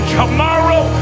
tomorrow